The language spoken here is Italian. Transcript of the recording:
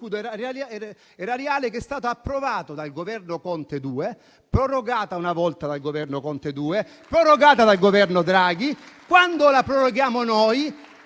erariale, che è stata approvata dal Governo Conte 2, prorogata una prima volta dal Governo Conte 2 e prorogata dal Governo Draghi. Quando, però, la proroghiamo noi,